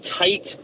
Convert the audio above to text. tight